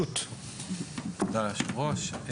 תודה, אדוני היושב ראש.